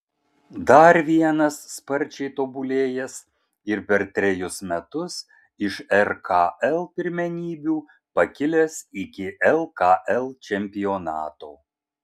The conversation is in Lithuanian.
dar vienas sparčiai tobulėjęs ir per trejus metus iš rkl pirmenybių pakilęs iki lkl čempionato